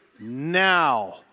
now